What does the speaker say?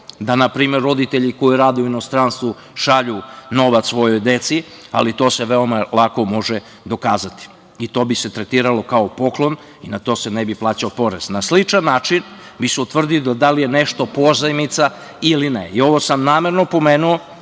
da npr. roditelji koji rade u inostranstvu šalju novac svojoj deci, ali to se može veoma lako dokazati, i to bi se tretiralo kao poklon, na to se ne bi plaćao porez. Na sličan način bi se utvrdilo da li je nešto pozajmica, ili ne. Ovo sam namerno pomenuo